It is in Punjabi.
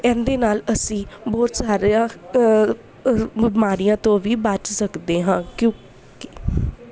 ਇਹਦੇ ਨਾਲ ਅਸੀਂ ਬਹੁਤ ਸਾਰਾ ਬਿਮਾਰੀਆਂ ਤੋਂ ਵੀ ਬਚ ਸਕਦੇ ਹਾਂ ਕਿਉਂਕਿ